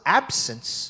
absence